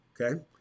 Okay